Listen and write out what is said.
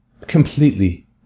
completely